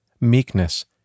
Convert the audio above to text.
meekness